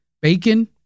bacon